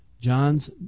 John's